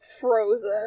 frozen